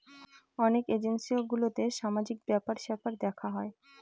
অনেক এনজিও গুলোতে সামাজিক ব্যাপার স্যাপার দেখা হয়